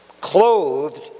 clothed